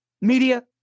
media